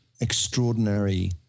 extraordinary